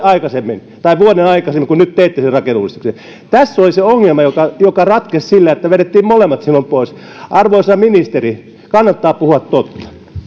aikaisemmin kuin nyt teitte sen rakenneuudistuksen tässä oli se ongelma joka joka ratkesi sillä että vedettiin molemmat silloin pois arvoisa ministeri kannattaa puhua